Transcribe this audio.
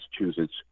Massachusetts